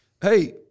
Hey